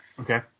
Okay